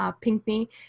Pinkney